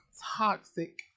toxic